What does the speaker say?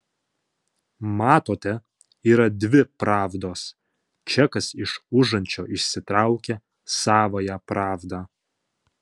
matote yra dvi pravdos čekas iš užančio išsitraukia savąją pravdą